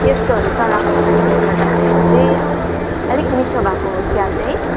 यस्तोहरू चलाएको कारणले गर्दाखेरिको चाहिँ अलिक मिठो भएको हो चिया चाहिँ